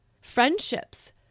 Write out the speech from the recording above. friendships